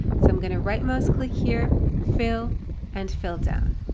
so i'm going to right mouse click here, fill and fill down.